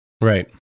Right